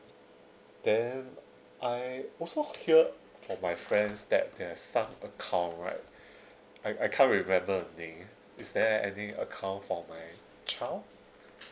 then I also heard from my friends that there's some account right I I can't remember the name is there any account for my child